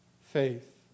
faith